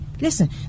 listen